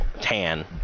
tan